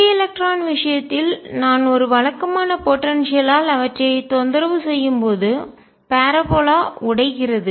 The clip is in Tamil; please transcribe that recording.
பீரி எலக்ட்ரான் விஷயத்தில் நான் ஒரு வழக்கமான போடன்சியல் லால் ஆற்றல் அவற்றைத் தொந்தரவு செய்யும் போது பாரபோலா பரவளையம் உடைகிறது